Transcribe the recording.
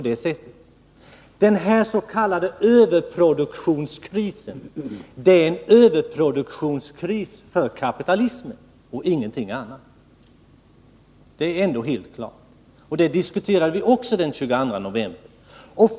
Den s.k. överproduktionskrisen är en överproduktionskris för kapitalismen och ingenting annat — det är helt klart. Detta diskuterade vi också den 22 november.